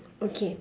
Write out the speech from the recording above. okay